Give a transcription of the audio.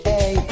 Hey